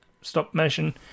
stop-motion